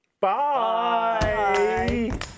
Bye